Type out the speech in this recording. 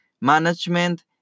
management